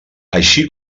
així